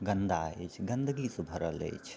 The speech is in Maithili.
गन्दा अछि गन्दगीसँ भरल अछि